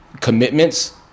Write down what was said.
commitments